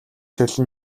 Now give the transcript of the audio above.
толь